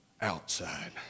outside